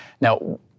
Now